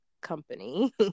company